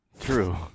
True